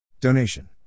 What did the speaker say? Donation